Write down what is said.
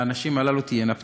והנשים הללו תהיינה פטורות.